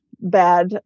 bad